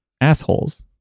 assholes